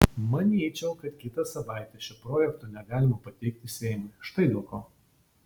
manyčiau kad kitą savaitę šio projekto negalima pateikti seimui štai dėl ko